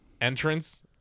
entrance